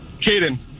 Caden